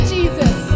Jesus